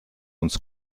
uns